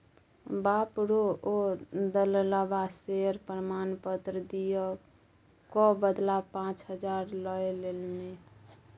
बाप रौ ओ दललबा शेयर प्रमाण पत्र दिअ क बदला पाच हजार लए लेलनि